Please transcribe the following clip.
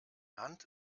hand